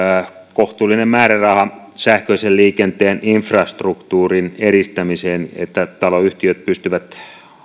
kohtuullinen määräraha sähköisen liikenteen infrastruktuurin edistämiseen niin että taloyhtiöt pystyvät